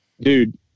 dude